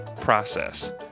process